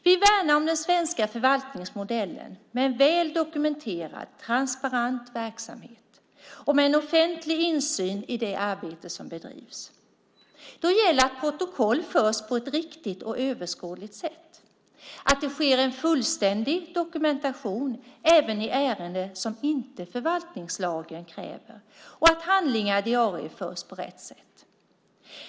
Vi värnar om den svenska förvaltningsmodellen med en väl dokumenterad transparent verksamhet och med offentlig insyn i det arbete som bedrivs. Då gäller det att protokoll förs på ett riktigt och överskådligt sätt, att det sker en fullständig dokumentation även i ärenden där förvaltningslagen inte kräver det och att handlingar diarieförs på rätt sätt.